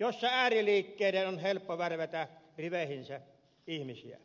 jossa ääriliikkeiden on helppo värvätä riveihinsä ihmisiä